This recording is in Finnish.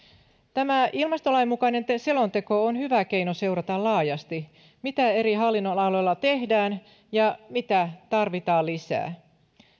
tämä ilmastolain mukainen selonteko on hyvä keino seurata laajasti mitä eri hallinnonaloilla tehdään ja mitä tarvitaan lisää